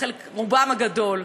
רובם הגדול.